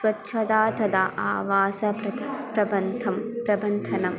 स्वच्छता तथा आवासप्रथा प्रबन्धं प्रबन्थनं